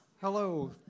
Hello